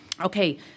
Okay